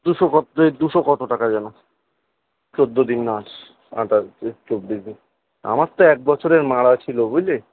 দুশো কত দুশো কত টাকা যেন চোদ্দ দিন না আশ আঠাশ দিন চব্বিশ দিন আমার তো এক বছরের মারা ছিল বুঝলি